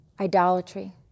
Idolatry